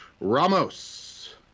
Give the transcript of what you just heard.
Ramos